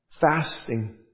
Fasting